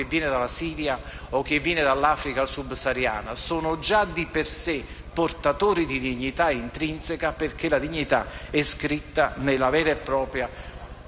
che viene dalla Siria o dall'Africa subsahariana. Egli è già di per sé portatore di dignità intrinseca, perché la dignità è scritta nella vera e propria